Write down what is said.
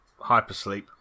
hypersleep